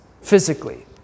physically